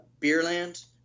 Beerland